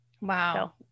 Wow